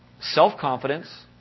Self-confidence